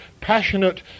passionate